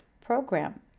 program